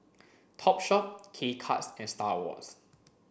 Topshop K Cuts and Star Awards